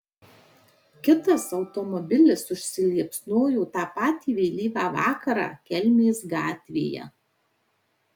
kitas automobilis užsiliepsnojo tą patį vėlyvą vakarą kelmės gatvėje